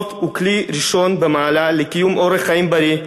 ספורט הוא כלי ראשון במעלה לקיום אורח חיים בריא,